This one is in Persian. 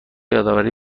یادآوری